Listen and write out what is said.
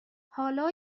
حالا